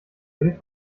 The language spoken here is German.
will